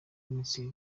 minisitiri